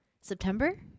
September